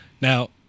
Now